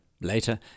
Later